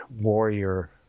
warrior